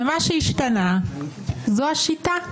ומה שהשתנה זו השיטה.